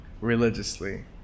religiously